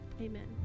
Amen